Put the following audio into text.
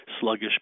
sluggish